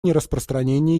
нераспространении